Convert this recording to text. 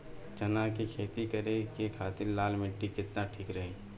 चना के खेती करे के खातिर लाल मिट्टी केतना ठीक रही?